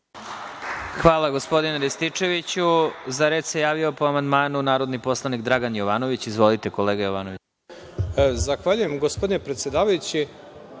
Hvala, gospodine Rističeviću.Za reč se javio, po amandmanu, narodni poslanik Dragan Jovanović. Izvolite, kolega Jovanoviću.